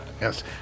Yes